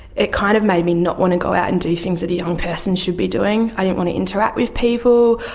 it kind of made me not want to go out and do things a young person should be doing. i didn't want to interact with people,